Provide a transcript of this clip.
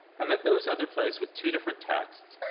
and that those other plays with two different texts,